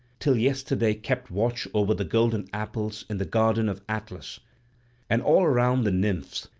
till yesterday kept watch over the golden apples in the garden of atlas and all around the nymphs,